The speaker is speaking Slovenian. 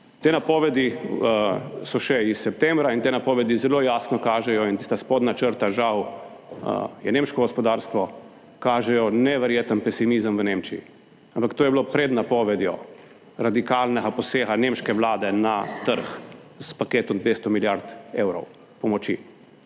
Te napovedi so še iz septembra in te napovedi zelo jasno kažejo in tista spodnja črta, žal je nemško gospodarstvo, kažejo neverjeten pesimizem v Nemčiji, ampak to je bilo pred napovedjo radikalnega posega nemške vlade na trg s paketom 200 milijard evrov pomoči.